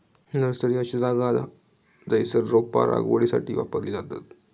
nursery अशी जागा असा जयसर रोपा लागवडीसाठी वापरली जातत